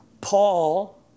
Paul